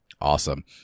awesome